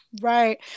Right